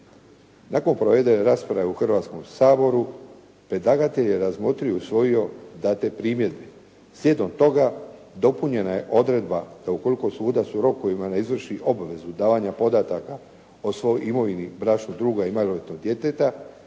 Nakon provedene rasprave u Hrvatskom saboru predlagatelj je razmotrio i usvojio date primjedbe. Slijedom toga dopunjena je odredba da ukoliko sudac u rokovima ne izvrši obvezu davanja podataka o svojoj imovini bračnog druga i maloljetnog djeteta